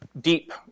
deep